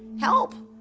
help.